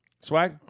Swag